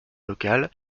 local